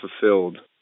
fulfilled